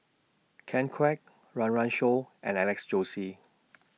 Ken Kwek Run Run Shaw and Alex Josey